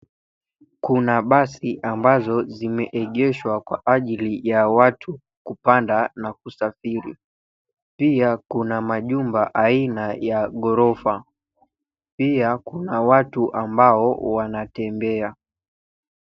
Kuna mabasi ambazo zimeegeshwa kwa ajili ya watu kupanda na kusafiri. Pia kuna majumba aina ya ghorofa. Pia kuna watu ambao wanatembea.